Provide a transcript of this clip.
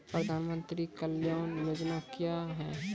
प्रधानमंत्री कल्याण योजना क्या हैं?